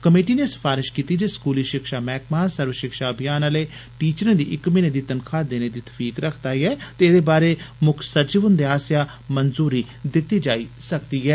committee नै सफारश कीती जे स्कूली शिक्षा मैहकमा सर्व शिक्षा अभियान आले टीचरें दी इक म्हीनें दी तनखाह देने दी थवीक रखदा ऐ ते एदे बारै मुक्ख सचिव हुन्दे आस्सेआ मंजूरी दिती जाई सकदी ऐ